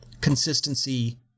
consistency